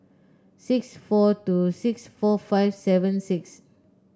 six four two six four five seven six